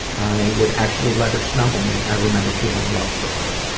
i would actually let her snuggle me. i remember feeling love for her.